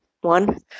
one